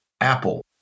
Apple